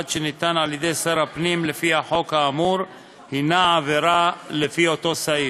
שניתן על-ידי שר הפנים לפי החוק האמור הנה עבירה לפי אותו סעיף.